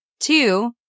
Two